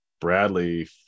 bradley